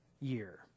year